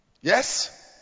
Yes